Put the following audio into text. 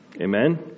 Amen